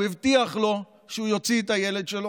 הוא הבטיח לו שהוא יוציא את הילד שלו.